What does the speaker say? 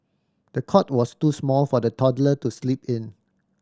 the cot was too small for the toddler to sleep in